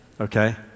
okay